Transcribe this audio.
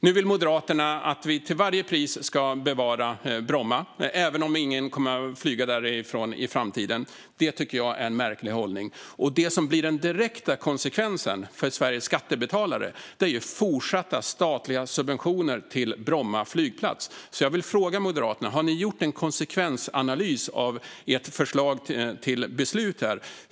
Nu vill Moderaterna att vi till varje pris ska bevara Bromma, även om ingen kommer att flyga därifrån i framtiden. Det tycker jag är en märklig hållning. Den direkta konsekvensen för Sveriges skattebetalare blir fortsatta statliga subventioner till Bromma flygplats. Jag vill därför fråga Moderaterna: Har ni gjort en konsekvensanalys av ert förslag till beslut?